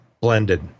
blended